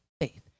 faith